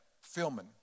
filming